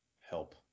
help